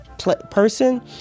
Person